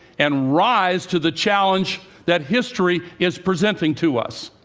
and rise to the challenge that history is presenting to us.